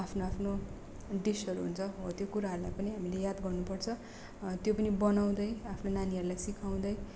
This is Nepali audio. आफ्नो आफ्नो डिसहरू हुन्छ हो त्यो कुराहरूलाई पनि हामीले याद गर्नु पर्छ त्यो पनि बनाउँदै आफ्नो नानीहरूलाई सिकाउँदै